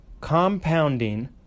compounding